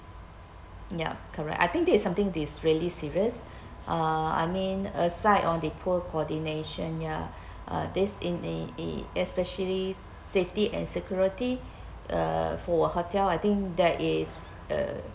ya correct I think this is something this really serious uh I mean aside on the poor coordination ya uh this in a a especially safety and security uh for hotel I think there is uh